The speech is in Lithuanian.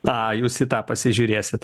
a jūs į tą pasižiūrėsit